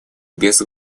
без